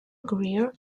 grier